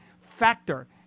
factor